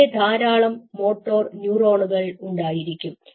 അവിടെ ധാരാളം മോട്ടോർ ന്യൂറോണുകൾ ഉണ്ടായിരിക്കും